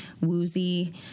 woozy